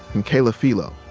and kaila philo.